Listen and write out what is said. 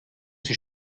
sie